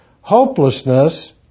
hopelessness